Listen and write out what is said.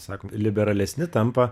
sako liberalesni tampa